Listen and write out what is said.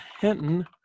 Hinton